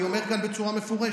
אני אומר כאן בצורה מפורשת: